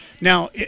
Now